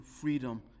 freedom